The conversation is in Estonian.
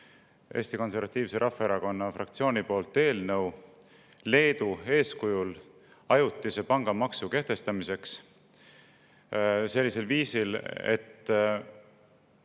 Eesti Konservatiivse Rahvaerakonna fraktsiooniga eelnõu Leedu eeskujul ajutise pangamaksu kehtestamiseks sellisel viisil, et